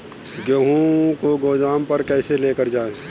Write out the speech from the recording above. गेहूँ को गोदाम पर कैसे लेकर जाएँ?